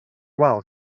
wal